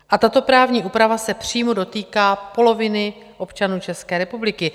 A tato právní úprava se přímo dotýká poloviny občanů České republiky.